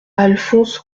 alphonse